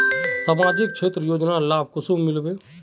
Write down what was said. सामाजिक क्षेत्र योजनार लाभ कुंसम मिलबे?